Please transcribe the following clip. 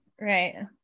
right